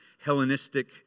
Hellenistic